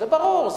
זה ברור.